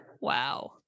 Wow